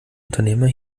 unternehmer